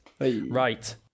right